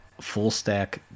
full-stack